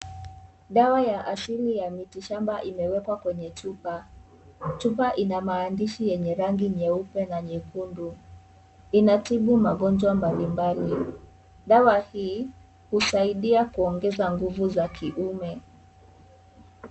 Dawa ya asili ta mitishamba imewekwa kwenye chupa. Chupa ina maandishi yenye rangi nyeupe na nyekundu. Inatibu magonjwa mbalimbali. Dawa hii husaidia kuongeza nguvu za kiume.